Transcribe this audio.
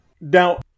Now